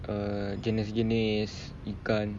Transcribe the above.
err jenis-jenis ikan